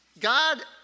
God